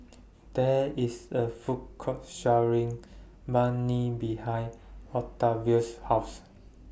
There IS A Food Court sharing Banh MI behind Octavius' House